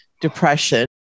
depression